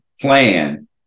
plan